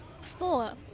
Four